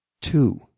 two